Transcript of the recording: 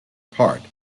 part